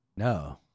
No